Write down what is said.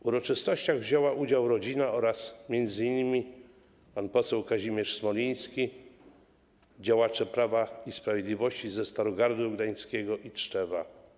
W uroczystościach wzięła udział rodzina oraz m.in. pan poseł Kazimierz Smoliński, działacze Prawa i Sprawiedliwości ze Starogardu Gdańskiego i z Tczewa.